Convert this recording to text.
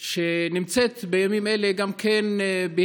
שנמצאת בימים אלה גם בהסגר,